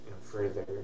further